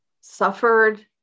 suffered